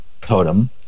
Totem